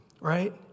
right